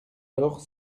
lors